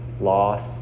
loss